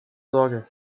sorge